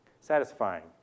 Satisfying